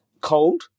Cold